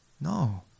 No